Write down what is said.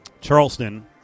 Charleston